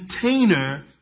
container